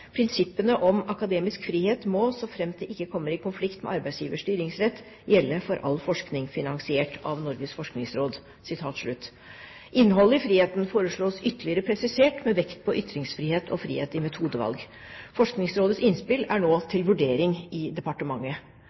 om akademisk frihet må, så fremt det ikke kommer i konflikt med arbeidsgivers styringsrett, gjelde for all forskning finansiert av Norges forskningsråd Innholdet i denne friheten foreslås ytterligere presisert med vekt på ytringsfrihet og frihet i metodevalg. Forskningsrådets innspill er nå til vurdering i departementet.